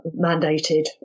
mandated